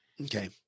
Okay